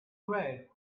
red